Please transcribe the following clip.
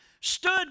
stood